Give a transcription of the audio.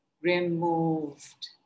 Removed